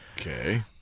Okay